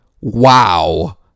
wow